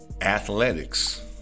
athletics